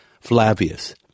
Flavius